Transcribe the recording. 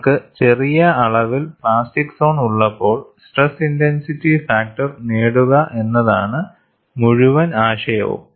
നിങ്ങൾക്ക് ചെറിയ അളവിൽ പ്ലാസ്റ്റിക് സോൺ ഉള്ളപ്പോൾ സ്ട്രെസ് ഇന്റെൻസിറ്റി ഫാക്ടർ നേടുക എന്നതാണ് മുഴുവൻ ആശയവും